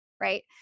right